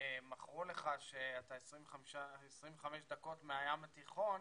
מכרו לך שאתה 25 דקות מהים התיכון,